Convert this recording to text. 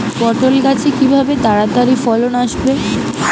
পটল গাছে কিভাবে তাড়াতাড়ি ফলন আসবে?